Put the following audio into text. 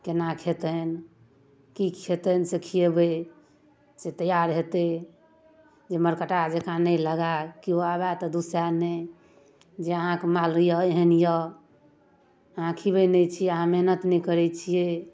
केना खेतिन की खेतनि से खियेबै से तैयार हेतै जे मरकटाह जकाँ नहि लगै केओ आबय तऽ दूसै नहि जे अहाँके माल यऽ एहन यऽ अहाँ खिबै नहि छियै अहाँ मेहनत नहि करै छियै